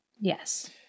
Yes